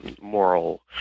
moral